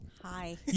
Hi